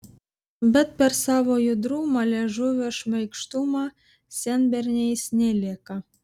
bet per savo judrumą liežuvio šmaikštumą senberniais nelieka